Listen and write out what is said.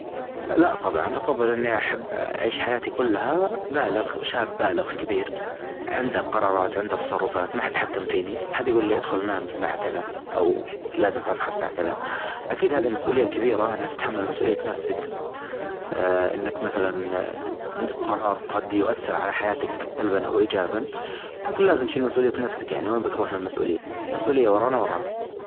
لا طبعا أفظل إني أحب أعيش حياتي كلها بالغ شاب بالغ كبير عنده قرارات عنده تصرفات ما أحد حكم فيني أحد يقول لي أدخل نام الساعة كذا أو لازم تصحى الساعة كذا، أكيد هذي مسؤولية كبيرة أنك تتحمل مسؤولية نفسك آآ أنك مثلا آآ عندك قرار قد يؤثر على حيات سلبا أو إيجابا، لكن لازم تشيل مسؤولية نفسك يعني وين بتروح من المسؤولية؟ المسؤولية ورانا ورانا.